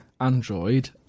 Android